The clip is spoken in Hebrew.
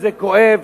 וזה כואב.